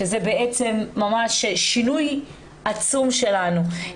שזה בעצם ממש שינוי עצום שלנו.